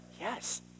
yes